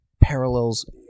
parallels